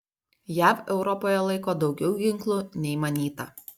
jav europoje laiko daugiau ginklų nei manyta